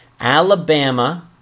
Alabama